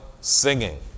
singing